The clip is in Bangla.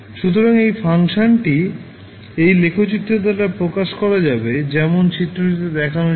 সুতরাং এই ফাংশন টি এই লেখচিত্রের দ্বারা প্রকাশ করা যাবে যেমন চিত্রটিতে দেখা যাচ্ছে